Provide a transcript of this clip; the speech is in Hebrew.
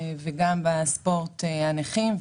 בספורט הנכים,